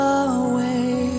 away